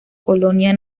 colonia